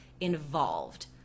involved